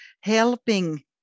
helping